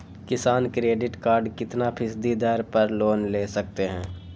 किसान credit card कितना फीसदी दर पर लोन ले सकते हैं?